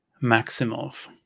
Maximov